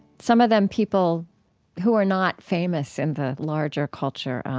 some of them people who are not famous in the larger culture,